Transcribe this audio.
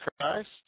Christ